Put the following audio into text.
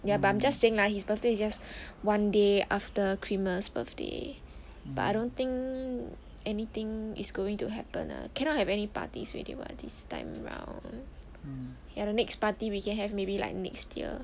ya but I'm just saying lah his birthday is just one day after creamer's birthday but I don't think anything is going to happen lah cannot have any parties already [what] this time round ya the next party we can have maybe like next year